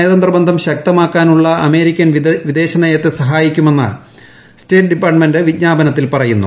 നയതന്ത്ര ബന്ധം ശക്തമാക്കാനുള്ള അമേരിക്കൻ വിദേശനയത്തെ സഹായിക്കു മെന്ന് സ്റ്റേറ്റ് ഡിപ്പാർട്ട്മെന്റ് വിജ്ഞാപനത്തിൽ പറയുന്നു